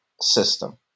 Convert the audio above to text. system